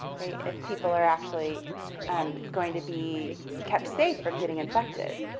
right, if people are actually um going to be kept safe from getting infected.